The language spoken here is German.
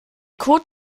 kot